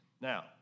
Now